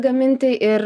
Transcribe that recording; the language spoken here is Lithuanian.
gaminti ir